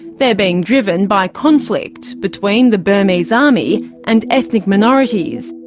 they're being driven by conflict between the burmese army and ethnic minorities.